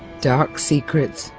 dark secrets,